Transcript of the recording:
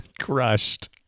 crushed